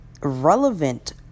relevant